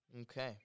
Okay